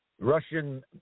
Russian